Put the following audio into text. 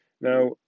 Now